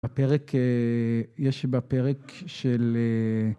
בפרק, יש בפרק של...